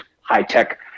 high-tech